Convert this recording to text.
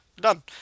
done